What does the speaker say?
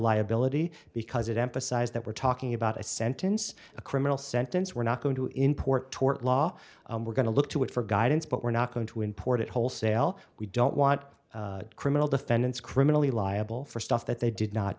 liability because it emphasized that we're talking about a sentence a criminal sentence we're not going to import tort law we're going to look to it for guidance but we're not going to import it wholesale we don't want criminal defendants criminally liable for stuff that they did not